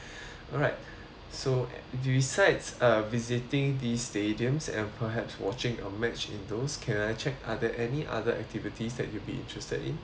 alright so besides uh visiting these stadiums and perhaps watching a match in those can I check other any other activities that you be interested in